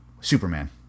Superman